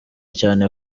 cyane